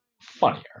funnier